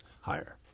higher